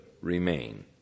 remain